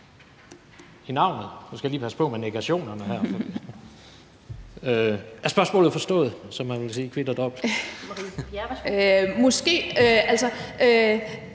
i navnet? Nu skal jeg lige passe på med negationerne her. Er spørgsmålet forstået? som